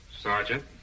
Sergeant